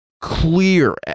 clear